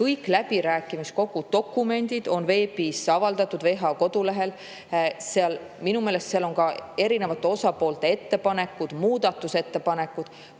kõik läbirääkimiskogu dokumendid on veebis avaldatud WHO kodulehel. Minu meelest seal on ka erinevate osapoolte ettepanekud, ka muudatusettepanekud.